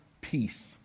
peace